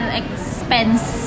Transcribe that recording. expense